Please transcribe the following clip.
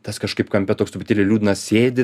tas kažkaip kampe toks truputėlį liūdna sėdi